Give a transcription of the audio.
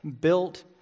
built